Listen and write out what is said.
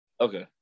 Okay